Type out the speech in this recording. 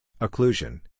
occlusion